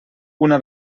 una